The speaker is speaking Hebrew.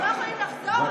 אנחנו לא יכולים לחזור?